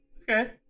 Okay